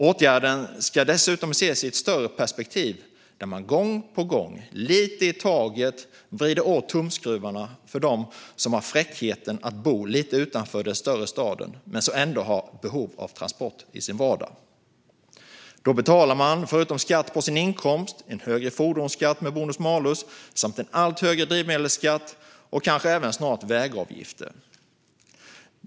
Åtgärden ska dessutom ses i ett större perspektiv där man gång på gång, lite i taget, vrider åt tumskruvarna för dem som har fräckheten att bo lite utanför den större staden men som ändå har behov av transport i sin vardag. Då betalar man förutom skatt på sin inkomst en högre fordonsskatt med bonus-malus samt en allt högre drivmedelsskatt och kanske även snart vägavgifter.